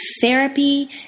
therapy